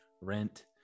rent